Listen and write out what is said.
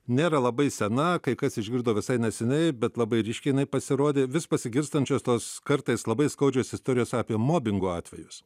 nėra labai sena kai kas išgirdo visai neseniai bet labai ryškiai jinai pasirodė vis pasigirstančios tos kartais labai skaudžios istorijos apie mobingo atvejus